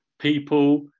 people